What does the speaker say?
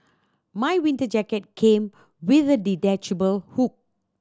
my winter jacket came with a detachable hood